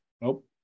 Nope